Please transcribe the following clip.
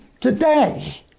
today